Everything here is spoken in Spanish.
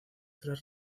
tres